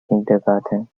kindergarten